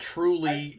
Truly